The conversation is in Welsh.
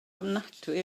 ofnadwy